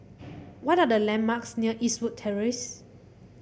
what are the landmarks near Eastwood Terrace